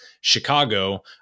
Chicago